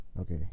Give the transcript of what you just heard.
Okay